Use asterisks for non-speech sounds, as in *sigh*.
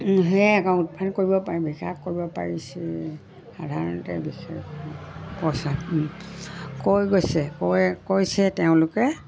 সেয়ে *unintelligible* *unintelligible* কৈ গৈছে কৈছে তেওঁলোকে